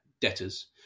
debtors